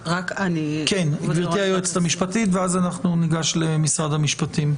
גברתי היועצת המשפטית, ואז ניגש למשרד המשפטים.